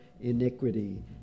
iniquity